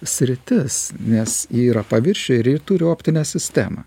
sritis nes ji yra paviršiuje ir ji turi optinę sistemą